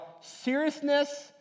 seriousness